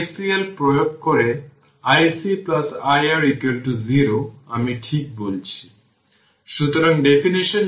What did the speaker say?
আমি বলতে চাচ্ছি যে এটি এনার্জিতে v vt v0 e